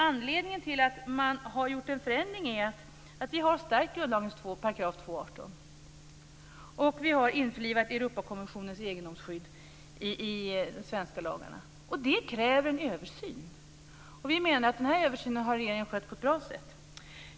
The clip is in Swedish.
Anledningen till att man har gjort en förändring är att vi har stärkt regeringsformens 2 kap. 18 § och införlivat Europakonventionens egendomsskydd i de svenska lagarna. Det kräver en översyn. Vi menar att regeringen har skött denna översyn på ett bra sätt.